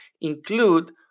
include